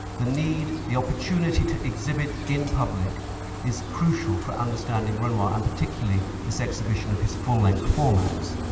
the need, the opportunity to exhibit in public is crucial for understanding renoir and particularly this exhibition of his full-length formats.